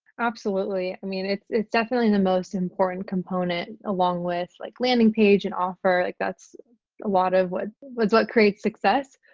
absolutely. i mean it's it's definitely the most important component along with like landing page and offer like that's a lot of what what like creates success.